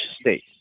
state